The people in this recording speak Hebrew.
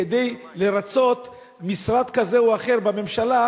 כדי לרצות משרד כזה או אחר בממשלה,